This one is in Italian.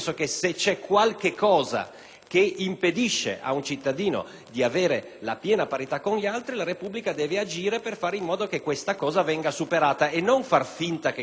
che impedisce ad un cittadino di ottenere la piena parità con gli altri, la Repubblica deve agire per fare in modo che tale situazione venga superata e non far finta che non esista.